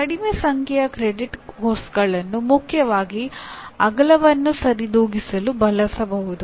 ಕಡಿಮೆ ಸಂಖ್ಯೆಯ ಕ್ರೆಡಿಟ್ ಪಠ್ಯಕ್ರಮಗಳನ್ನು ಮುಖ್ಯವಾಗಿ ಅಗಲವನ್ನು ಸರಿದೂಗಿಸಲು ಬಳಸಬಹುದು